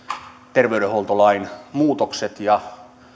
terveydenhuoltolain muutokset ja